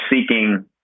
seeking